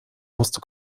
musste